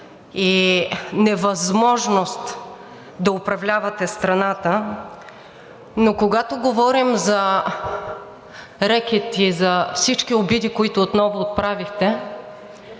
и невъзможност да управлявате страната, но когато говорим за рекет и за всички обиди, които отново отправихте,